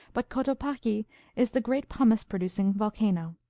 but cotopaxi is the great pumice-producing volcano.